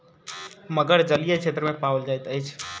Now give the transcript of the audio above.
मगर जलीय क्षेत्र में पाओल जाइत अछि